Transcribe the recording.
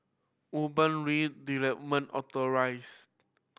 Urban Redevelopment